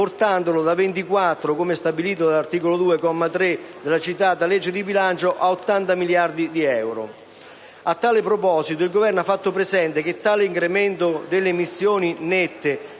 portandolo da 24 (come stabilito dall'articolo 2, comma 3, della citata legge di bilancio) a 80 miliardi di euro. A tale proposito, il Governo ha fatto presente che tale incremento delle emissioni nette